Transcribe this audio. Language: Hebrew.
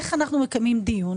זו השאלה: איך אנחנו מקיימים דיון,